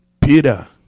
Peter